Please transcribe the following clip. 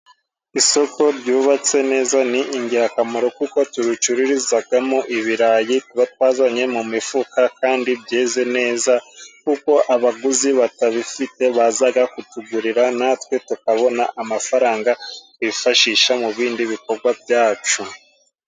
Isoko ryubatse neza ni ingirakamaro kuko tubicururizagamo ibirayi, tuba twazanye mu m'ifuka, kandi byeze neza kuko abaguzi batabifite, bazaga kutugurira natwe tukabona amafaranga bifashisha mu bindi bikogwa byacu.